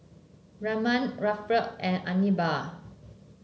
Ramon Alferd and Anibal